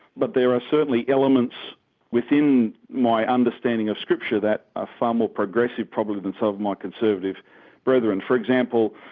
but there are certainly elements within my understanding of scripture that are ah far more progressive, probably, than some of my conservative brethren. for example,